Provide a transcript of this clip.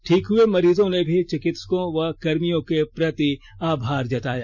ठीक हुए मरीजों ने भी चिकित्सकों व कर्मियों के प्रति आभार जताया